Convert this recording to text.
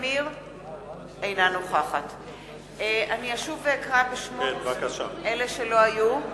אני אשוב ואקרא בשמות אלה שלא היו: